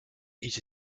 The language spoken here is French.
ils